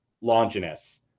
Longinus